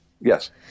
Yes